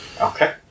Okay